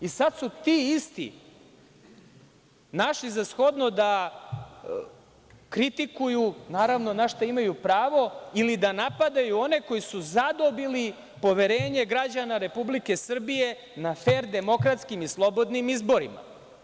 I sada su ti isti našli za shodno da kritikuju, naravno na šta imaju pravo ili da napadaju one koji su zadobili poverenje građana Republike Srbije na fer, demokratskim i slobodnim izborima.